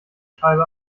scheibe